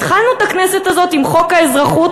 התחלנו את הכנסת הזאת עם חוק האזרחות,